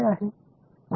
இது எப்போது